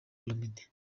olomide